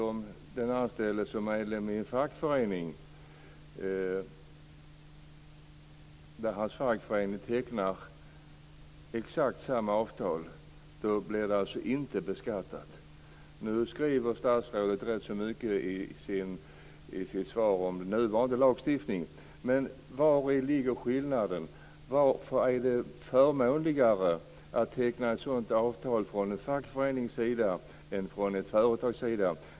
Om den anställde däremot är medlem i en fackförening och fackföreningen tecknar exakt samma avtal blir det alltså inte beskattat. Nu skriver statsrådet rätt så mycket i sitt svar om nuvarande lagstiftning. Men vari ligger skillnaden? Varför är det förmånligare att teckna ett sådant avtal från en fackförenings sida än från ett företags sida?